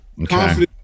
Okay